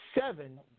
seven